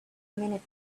minute